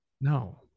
No